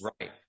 Right